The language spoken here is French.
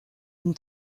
une